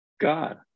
God